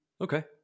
Okay